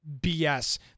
BS